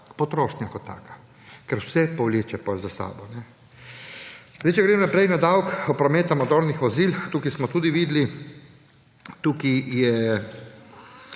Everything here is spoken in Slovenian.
Potrošnja kot taka. Ker vse povleče potem za sabo. Če grem naprej na davek od promet motornih vozil, tukaj smo tudi videli, tukaj je